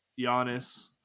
Giannis